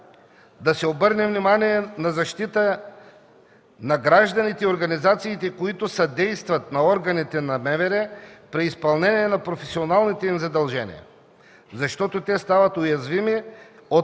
да се обърне внимание на защита на гражданите и организациите, които съдействат на органите на МВР при изпълнение на професионалните им задължения, защото те стават уязвими от